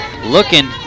looking